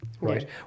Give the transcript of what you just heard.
right